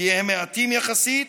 כי הם מעטים יחסית